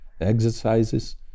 exercises